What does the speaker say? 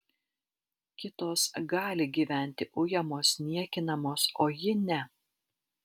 kitos gali gyventi ujamos niekinamos o ji ne